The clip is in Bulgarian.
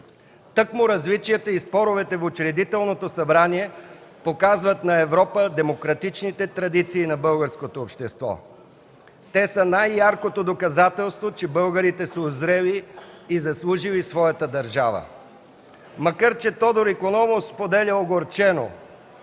Тъкмо различията и споровете в Учредителното събрание показват на Европа демократичните традиции на българското общество. Те са най-яркото доказателство, че българите са узрели и заслужили своята държава, макар че Тодор Икономов споделя огорчено: